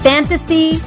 Fantasy